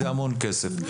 זה המון כסף.